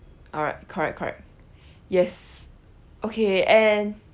alright correct correct yes okay and